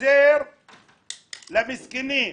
חוזר למסכנים,